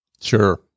Sure